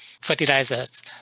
fertilizers